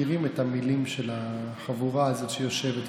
מכירים את המילים של החבורה הזאת שיושבת כאן.